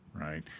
right